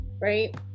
right